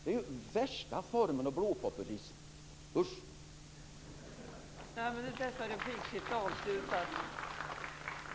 Det här är den värsta formen av blåpopulism! Usch!